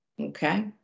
okay